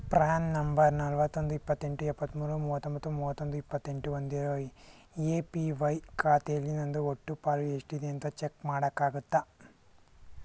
PRAN number ನಲವತ್ತೊಂದು ಇಪ್ಪತೆಂಟು ಎಪ್ಪತ್ತ್ಮೂರು ಮೂವತ್ತ ಒಂಬತ್ತು ಮೂವತ್ತ ಒಂದು ಇಪ್ಪತ್ತೆಂಟು ಹೊಂದಿರೋ ಎ ಪಿ ವೈ ಖಾತೆಲಿ ನನ್ನದು ಒಟ್ಟು ಪಾಲು ಎಷ್ಟಿದೆ ಅಂತ ಚೆಕ್ ಮಾಡೋಕ್ಕಾಗುತ್ತಾ